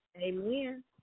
Amen